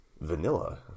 vanilla